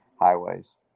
highways